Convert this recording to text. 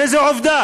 הרי זו עובדה.